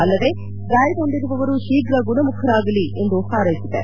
ಅಲ್ಲದೆ ಗಾಯಗೊಂಡಿರುವವರು ಶೀಘ್ರ ಗುಣಮುಖರಾಗಲಿ ಎಂದು ಹಾರ್ವೆಸಿದೆ